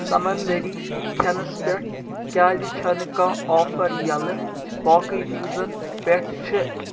سَمنٛدٔری کھیٚنس پٮ۪ٹھ کیٛازِ چھنہٕ کانٛہہ آفر یَلہٕ باقٕے چیٖزن پٮ۪ٹھ چھ